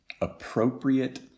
appropriate